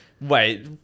Wait